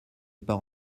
pars